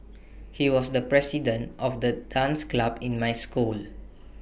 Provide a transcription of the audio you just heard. he was the president of the dance club in my school